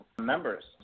members